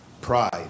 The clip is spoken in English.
Pride